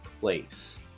place